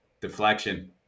deflection